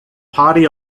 party